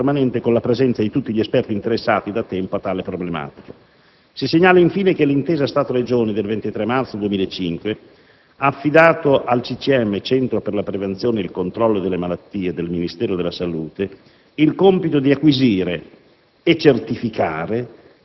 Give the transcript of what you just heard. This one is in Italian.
l'istituzione di un tavolo tecnico permanente, con la presenza di tutti gli esperti interessati da tempo a tale problematica. Si segnala, infine, che l'Intesa Stato-Regioni del 23 marzo 2005 ha affidato al Centro per la prevenzione e il controllo delle malattie (CCM) del Ministero della salute il compito di acquisire